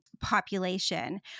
population